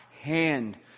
hand